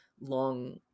long